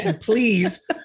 please